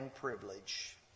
privilege